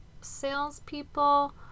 salespeople